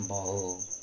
ବହୁ